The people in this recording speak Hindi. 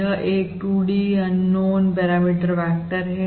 यह एक 2 D अननोन पैरामीटर वेक्टर है